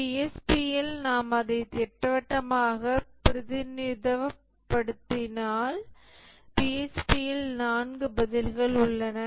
PSP இல் நாம் அதை திட்டவட்டமாக பிரதிநிதித்துவப்படுத்தினால் PSP இல் 4 பதில்கள் உள்ளன